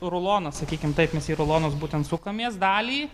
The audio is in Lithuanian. rulonas sakykim taip mes į rulonus būtent sukamės dalį